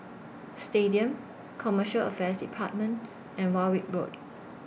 Stadium Commercial Affairs department and Warwick Road